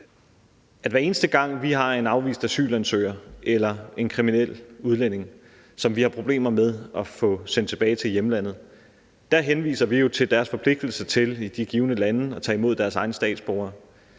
at hver eneste gang vi har en afvist asylansøger eller en kriminel udlænding, som vi har problemer med at få sendt tilbage til hjemlandet, henviser vi jo til deres forpligtelse til i de givne lande at tage imod deres egne statsborgere,